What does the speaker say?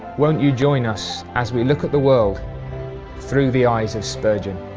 won't you join us as we look at the world through the eyes of spurgeon.